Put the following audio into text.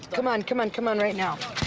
come on. come on. come on, right now.